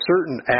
certain